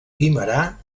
guimerà